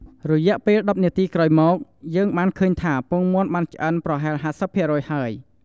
រយៈពេល១០នាទីក្រោយមក យើងបានឃើញថាពងមាន់បានឆ្អិនប្រហែល៥០ភាគរយហើយ។